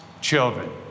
children